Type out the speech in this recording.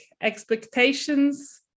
expectations